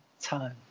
time